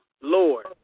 Lord